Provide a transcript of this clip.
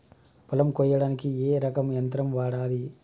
పొలం కొయ్యడానికి ఏ రకం యంత్రం వాడాలి?